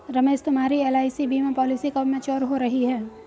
रमेश तुम्हारी एल.आई.सी बीमा पॉलिसी कब मैच्योर हो रही है?